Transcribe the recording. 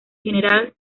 general